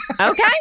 Okay